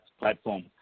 platform